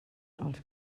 els